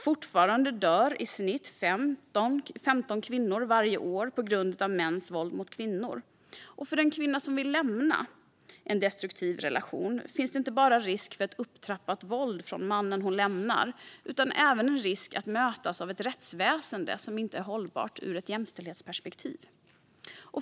Fortfarande dör i snitt 15 kvinnor varje år på grund av mäns våld mot kvinnor. För den kvinna som vill lämna en destruktiv relation finns det inte bara en risk för ett upptrappat våld från mannen hon lämnar utan även en risk för att mötas av ett rättsväsen som inte är hållbart ur ett jämställdhetsperspektiv.